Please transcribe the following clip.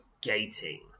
gating